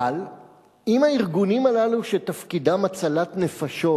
אבל אם הארגונים הללו, שתפקידם הצלת נפשות,